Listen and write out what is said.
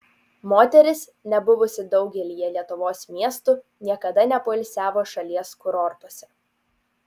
moteris nebuvusi daugelyje lietuvos miestų niekada nepoilsiavo šalies kurortuose